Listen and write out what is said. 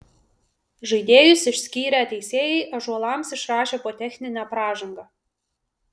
žaidėjus išskyrę teisėjai ąžuolams išrašė po techninę pražangą